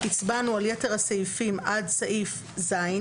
הצבענו על יתר הסעיפים עד סעיף (ז),